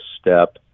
step